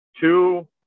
two